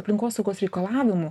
aplinkosaugos reikalavimų